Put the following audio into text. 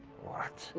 what?